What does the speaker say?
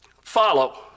Follow